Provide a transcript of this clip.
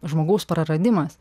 žmogaus praradimas